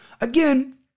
Again